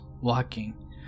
walking